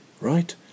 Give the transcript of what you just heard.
right